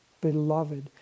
beloved